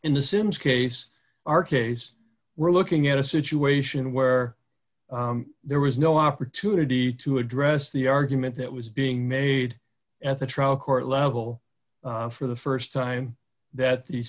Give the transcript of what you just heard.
in the sims case our case we're looking at a situation where there was no opportunity to address the argument that was being made at the trial court level for the st time that the